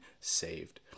saved